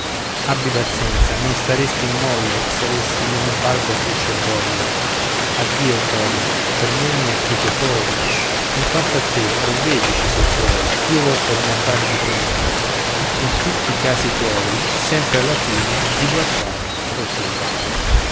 abbi pazienza non saresti in molle se avessi meno barba e più cervello addio bello per me mi accuso fuori in quanto a te provvedici se puoi io vo per un affare di premura in tutti i casi tuoi sempre alla fine di guardar procura